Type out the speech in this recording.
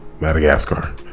Madagascar